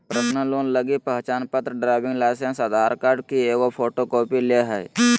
personal loan लगी पहचानपत्र, driving licence, Aadhaar card की एगो फोटोकॉपी ले हइ